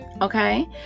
Okay